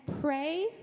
pray